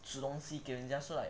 煮东西给人家 so like